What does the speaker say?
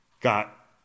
got –